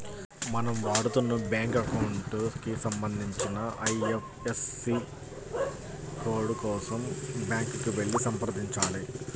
మనం వాడుతున్న bank account కి సంబంధించిన ఐ.ఎఫ్.ఎస్.సి కోడ్ కోసం బ్యాంకుకి వెళ్లి సంప్రదించాలి